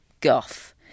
guff